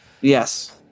Yes